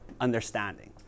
understanding